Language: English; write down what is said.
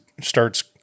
starts